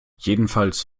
jedenfalls